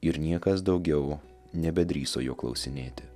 ir niekas daugiau nebedrįso jo klausinėti